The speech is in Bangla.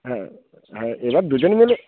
হ্যাঁ হ্যাঁ এবার দুজন মিলে